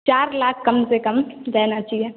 चार लाख कम से कम देना चाहिए